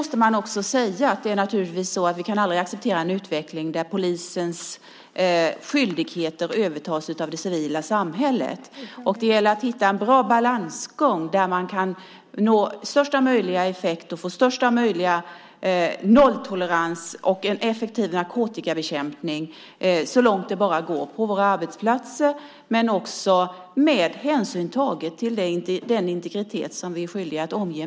Sedan kan vi naturligtvis aldrig acceptera en utveckling där polisens skyldigheter övertas av det civila samhället. Det gäller att hitta en bra balans där man kan nå största möjliga effekt, skapa en nolltolerans och ha en så effektiv narkotikabekämpning det bara går på våra arbetsplatser men också ta den hänsyn till människors integritet som vi är skyldiga att göra.